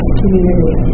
community